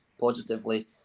positively